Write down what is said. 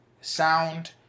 sound